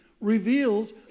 reveals